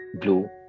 Blue